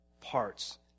parts